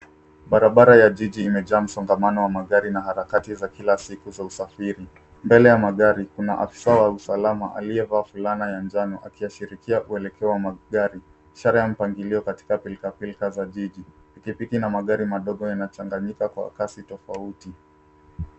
Barabara ya jiji imejaa msongamano wa magari na harakati za kila siku za usafiri. Mbele ya magari kuna afisa wa usalama aliye vaa fulana ya njano yakiashiria uelekeo wa magari ishara ya mpangilio katika pilka pilka za jiji. Pikipiki na magari madogo yanachanganyika kwa kasi tofauti.